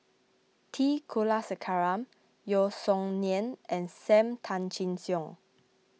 T Kulasekaram Yeo Song Nian and Sam Tan Chin Siong